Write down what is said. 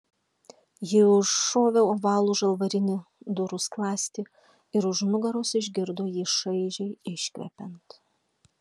ji užšovė ovalų žalvarinį durų skląstį ir už nugaros išgirdo jį šaižiai iškvepiant